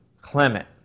Clement